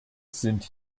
sind